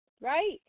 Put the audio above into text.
right